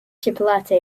chipotle